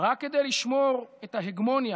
רק כדי לשמור את ההגמוניה,